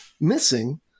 missing